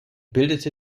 bildete